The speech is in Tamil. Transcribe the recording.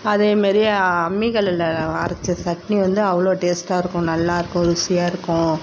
அதேமாரி அம்மி கல்லில் அரைச்ச சட்னி வந்து அவ்வளோ டேஸ்ட்டாக இருக்கும் நல்லா இருக்கும் ருசியாக இருக்கும்